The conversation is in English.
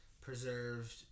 preserved